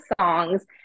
songs